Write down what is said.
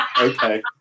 okay